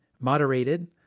moderated